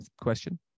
question